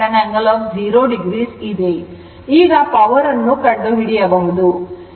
ಈಗ ಪವರ್ ಅನ್ನು ಕಂಡುಹಿಡಿಯಬಹುದು